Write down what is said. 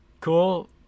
cool